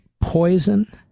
poison